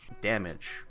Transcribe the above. damage